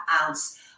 ounce